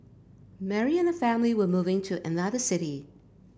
Mary and her family were moving to another city